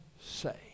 say